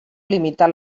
limitar